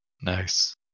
Nice